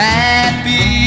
happy